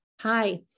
Hi